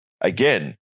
Again